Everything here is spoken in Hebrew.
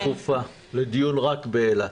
הגשתי לך בקשה דחופה לדיון רק באילת.